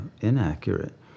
inaccurate